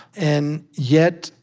and yet,